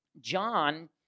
John